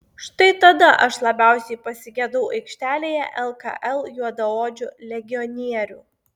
štai tada aš labiausiai pasigedau aikštelėje lkl juodaodžių legionierių